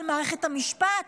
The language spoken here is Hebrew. על מערכת המשפט,